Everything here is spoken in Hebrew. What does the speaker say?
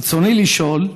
ברצוני לשאול: